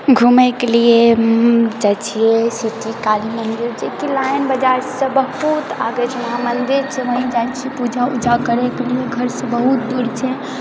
घुमयकेलिए जाए छिऐ सिटी काली मन्दिर जेकि लाइन बाजारसँ बहुत आगे छै वहाँ मन्दिर छै वही जाइत छिऐ पूजा उजा करएके लिए घरसँ बहुत दूर छै